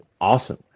awesome